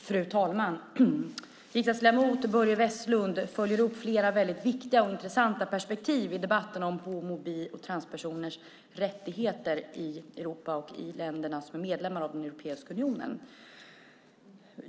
Fru talman! Riksdagsledamot Börje Vestlund följer upp flera väldigt viktiga och intressanta perspektiv i debatten om homosexuellas, bisexuellas och transpersoners rättigheter i Europa och i länderna som är medlemmar av den europeiska unionen.